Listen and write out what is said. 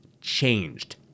changed